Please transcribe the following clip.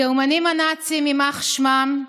הגרמנים הנאצים, יימח שמם,